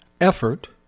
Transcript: effort